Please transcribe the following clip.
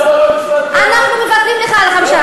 אנחנו מוותרים לך על ה-5.